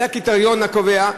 זה הקריטריון הקובע,